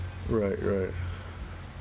right right